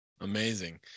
Amazing